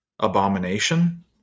abomination